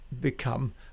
become